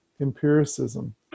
empiricism